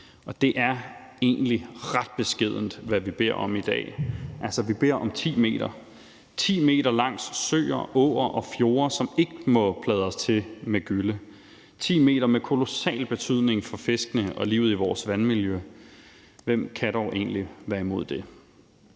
Det er egentlig ret beskedent, hvad vi beder om i dag. Altså, vi beder om 10 m – 10 m – langs søer, åer og fjorde, som ikke må pladres til med gylle. 10 m med kolossal betydning for fiskene og livet i vores vandmiljø. Hvem kan dog egentlig være imod det?